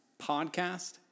podcast